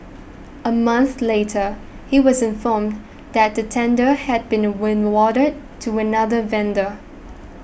a month later he was informed that the tender had been win warded to another vendor